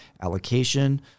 allocation